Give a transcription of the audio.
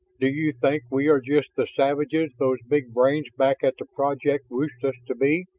do you think we are just the savages those big brains back at the project wished us to be?